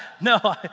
No